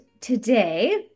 today